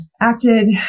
acted